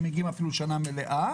שמגיעים אפילו לשנה מלאה,